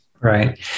Right